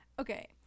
Okay